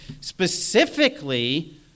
Specifically